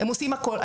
הם עושים הכול.